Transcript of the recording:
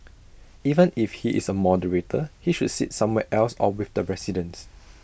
even if he is A moderator he should sit somewhere else or with the residents